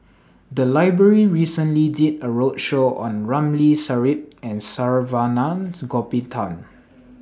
The Library recently did A roadshow on Ramli Sarip and Saravanan Gopinathan